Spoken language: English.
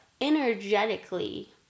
energetically